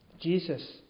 Jesus